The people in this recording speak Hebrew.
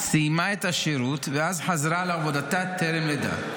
-- סיימה את השירות, ואז חזרה לעבודתה טרם לידה.